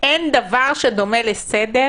אין דבר שדומה לסדר